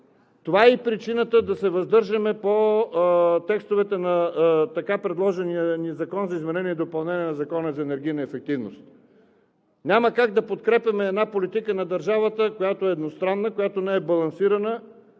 Това е и причината да се въздържаме по текстовете на предложения ни Закон за изменение и допълнение на Закона за енергийна ефективност. Няма как да подкрепяме една политика на държавата, която е едностранна, която не е балансирана,